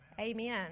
Amen